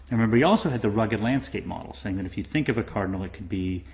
remember we also had the rugged landscape model, saying that if you think of a cardinal, it could be,